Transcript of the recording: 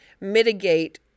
mitigate